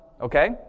Okay